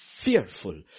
fearful